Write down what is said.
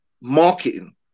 marketing